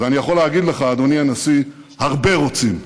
ואני יכול להגיד לך, אדוני הנשיא: הרבה רוצים.